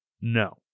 no